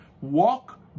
walk